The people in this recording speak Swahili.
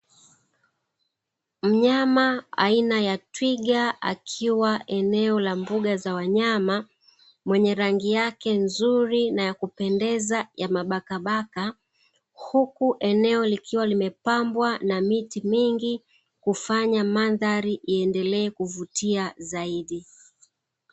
Mnyama aina ya twiga akiwa eneo la mbuga za wanyama, mwenye rangi yake nzuri na ya kupendeza ya mabaka mabaka, Huku eneo likiwa limepambwa na miti mingi, kufanya mandhari iendelee kuvutia zaidi.